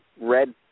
red